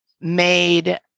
made